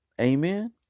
Amen